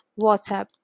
WhatsApp